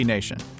Nation